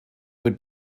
would